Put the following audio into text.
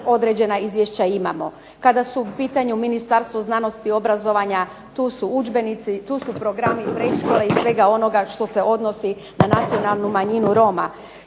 određena izvješća imamo. Kada su u pitanju Ministarstvo znanosti, obrazovanja tu su udžbenici, tu su programi predškole i svega onoga što se odnosi na nacionalnu manjinu Roma.